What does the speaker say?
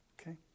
Okay